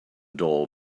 doll